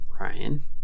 Ryan